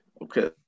Okay